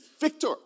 victor